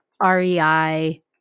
R-E-I